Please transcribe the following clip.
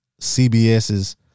CBS's